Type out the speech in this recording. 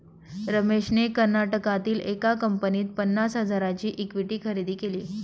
रमेशने कर्नाटकातील एका कंपनीत पन्नास हजारांची इक्विटी खरेदी केली